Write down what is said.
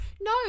No